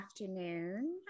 afternoon